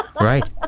Right